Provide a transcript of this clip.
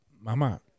Mama